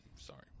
sorry